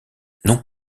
non